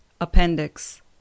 Appendix